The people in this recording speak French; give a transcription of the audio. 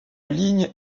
ligne